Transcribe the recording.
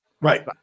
Right